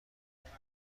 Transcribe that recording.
کردیم